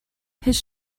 his